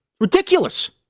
Ridiculous